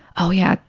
oh, yeah,